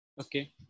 Okay